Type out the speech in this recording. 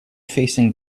facing